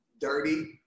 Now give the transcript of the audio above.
dirty